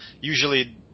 usually